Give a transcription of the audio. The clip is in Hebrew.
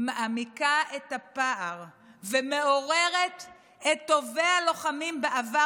מעמיקה את הפער ומעוררת את טובי הלוחמים בעבר